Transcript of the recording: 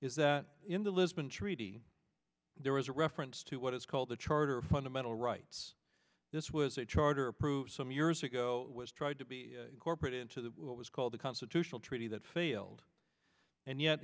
treaty there was a reference to what is called the charter of fundamental rights this was a charter approved some years ago was tried to be corporate into the what was called the constitutional treaty that failed and yet